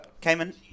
Cayman